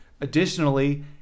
Additionally